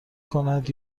کند